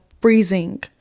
freezing